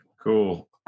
Cool